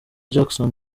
jackson